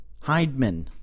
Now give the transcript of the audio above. Heidman